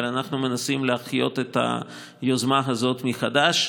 אבל אנחנו מנסים להחיות את היוזמה הזאת מחדש,